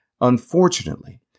Unfortunately